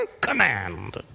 command